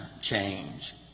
change